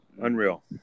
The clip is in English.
Unreal